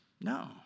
No